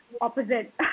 opposite